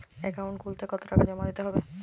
Account খুলতে কতো টাকা জমা দিতে হবে?